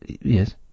Yes